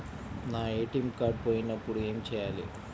నా ATM card పోయినప్పుడు ఏమి చేయాలి?